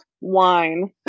wine